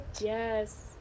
Yes